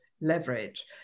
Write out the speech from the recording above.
leverage